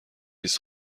لیز